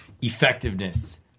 effectiveness